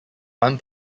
one